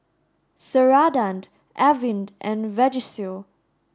Ceradan Avene and Vagisil